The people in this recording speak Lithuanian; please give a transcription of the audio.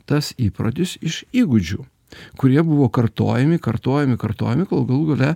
tas įprotis iš įgūdžių kurie buvo kartojami kartojami kartojami kol galų gale